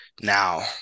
Now